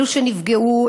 אלו שנפגעו,